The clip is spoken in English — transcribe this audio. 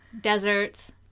Deserts